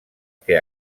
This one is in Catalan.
que